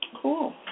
Cool